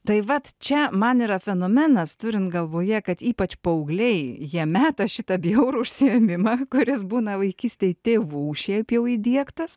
tai va čia man yra fenomenas turint galvoje kad ypač paaugliai jie meta šitą bjaurų užsiėmimą kuris būna vaikystėje tėvų šiaip jau įdiegtas